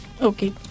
Okay